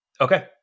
Okay